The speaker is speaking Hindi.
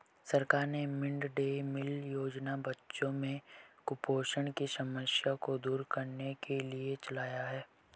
सरकार ने मिड डे मील योजना बच्चों में कुपोषण की समस्या को दूर करने के लिए चलाया है